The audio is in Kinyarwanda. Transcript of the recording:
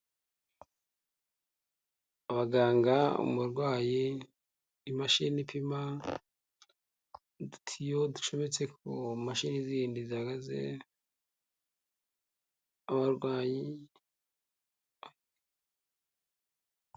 Abaganga, umurwayi, imashini ipima, udutiyo ducometse ku mashini zindi zihagaze ,abarwayi.